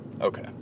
Okay